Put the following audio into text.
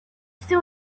soon